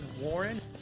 Warren